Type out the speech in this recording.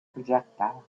projectile